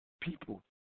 people